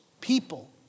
people